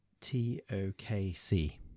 T-O-K-C